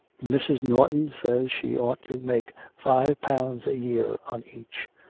mrs. norton says she ought to make five pounds a year on each.